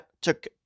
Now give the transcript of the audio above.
took